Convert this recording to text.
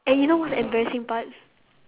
and you know what's the embarrassing part